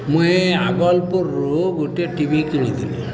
ମୁଇଁ ଆଗଲପୁରରୁ ଗୋଟିେ ଟି ଭି କିଣିଥିଲି